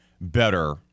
better